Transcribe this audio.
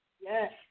Yes